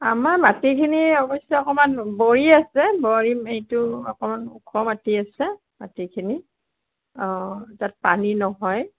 আমাৰ মাটিখিনি অৱশ্যে অকণমান বড়ি আছে বড়ি এইটো অকণমান ওখ মাটি আছে মাটিখিনি অঁ তাত পানী নহয়